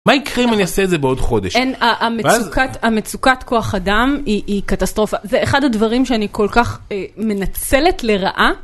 מה יקרה אם אני עושה את זה בעוד חודש? - אין. המצוקת... המצוקת כוח אדם היא קטסטרופה, זה אחד הדברים שאני כל כך מנצלת לרעה.